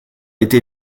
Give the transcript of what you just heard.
été